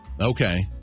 Okay